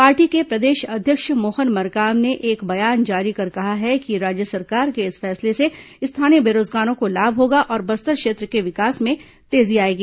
party के प्रदेश अध्यक्ष मोहन मरकाम ने एक बयान जारी कर कहा है कि राज्य सरकार के इस फैसले से स्थानीय बेरोजगारों को लाभ होगा और बस्तर क्षेत्र के विकास में तेजी आएगी